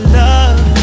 love